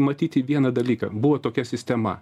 matyti vieną dalyką buvo tokia sistema